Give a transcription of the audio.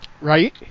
Right